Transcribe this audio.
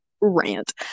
Rant